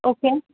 okay